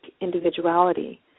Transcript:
individuality